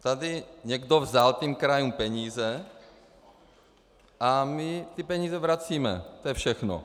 Tady někdo vzal krajům peníze a my ty peníze vracíme, to je všechno.